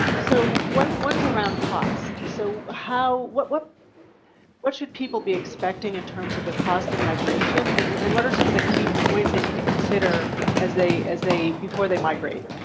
so one one is around cost. so how what what should people be expecting in terms of the cost of migration and and what are some of the key points they need to consider as they as they before they migrate?